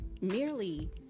merely